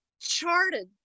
charted